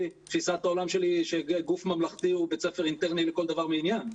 תפיסת העולם שלי היא שגוף ממלכתי הוא בית ספר אינטרני לכל דבר ועניין.